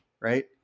right